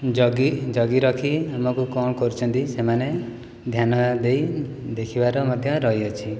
ଜଗି ଜଗିରଖି ଆମକୁ କଣ କରୁଛନ୍ତି ସେମାନେ ଧ୍ୟାନ ଦେଇ ଦେଖିବାର ମଧ୍ୟ ରହିଅଛି